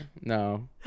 no